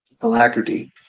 Alacrity